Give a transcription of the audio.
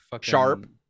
Sharp